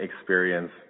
experience